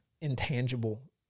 intangible